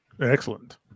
Excellent